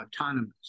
autonomous